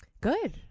Good